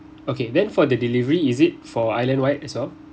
okay then for the delivery is it for islandwide as well